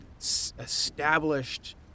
established